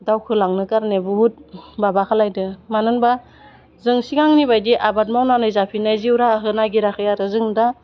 दावखोलांनो गारनाय बुहुत माबा खालायदों मानो होनबा जों सिगांनि बायदि आबाद मावनानै जाफिन्नाय जिउ राहाखौ नायगिराखै आरो जों दा